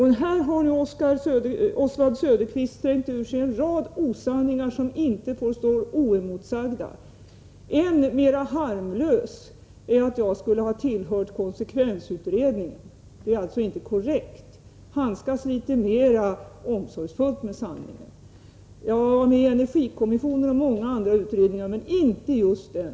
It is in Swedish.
Här har nu Oswald Söderqvist hävt ur sig en rad osanningar som inte får stå oemotsagda. En av de harmlösare är att jag skulle ha tillhört konsekvensutredningen. Det är inte korrekt. Handskas litet mera omsorgsfullt med sanningen. Jag var med i energikommissionen och många andra utredningar men inte just den.